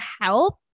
help